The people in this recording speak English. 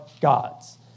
God's